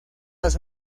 las